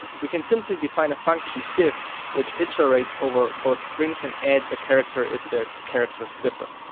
we can simply define a function diff which iterates over both strings and adds a character if the characters differ.